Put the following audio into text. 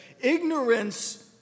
ignorance